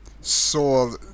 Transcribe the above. saw